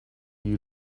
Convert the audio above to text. you